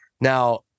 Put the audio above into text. Now